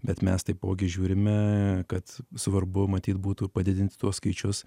bet mes taipogi žiūrime kad svarbu matyt būtų padidinti tuos skaičius